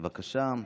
בבקשה.